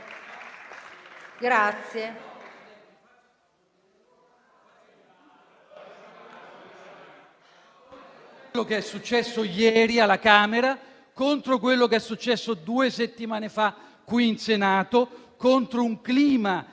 quello che è successo ieri alla Camera, contro quello che è successo due settimane fa qui in Senato, contro un clima